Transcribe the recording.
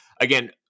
again